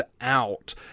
out